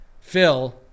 Phil